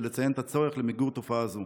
ולציין את הצורך במיגור תופעה זו.